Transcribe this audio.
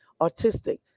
autistic